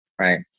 right